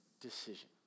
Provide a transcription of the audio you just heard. decision